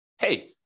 hey